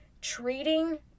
treating